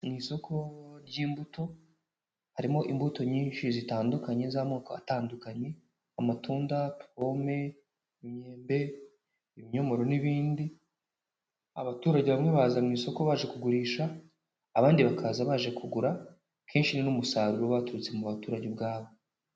Mu isoko ry'imbuto harimo imbuto nyinshi zitandukanye z'amoko atandukanye amatunda, pome, imyembe, ibinyomoro n'ibindi. Abaturage bamwe baza mu isoko baje kugurisha abandi bakaza baje kugura, kenshi ni n'umusaruro uba waturutse mu baturage ubwabo.